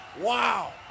Wow